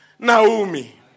Naomi